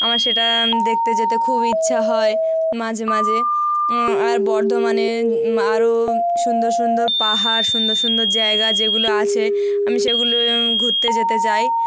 আমার সেটা দেখতে যেতে খুব ইচ্ছা হয় মাঝে মাঝে আর বর্ধমানে আরও সুন্দর সুন্দর পাহাড় সুন্দর সুন্দর জায়গা যেগুলো আছে আমি সেগুলোয় ঘুরতে যেতে চাই